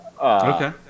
Okay